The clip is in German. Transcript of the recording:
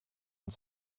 und